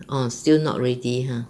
orh still not ready !huh!